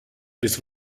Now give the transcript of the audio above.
this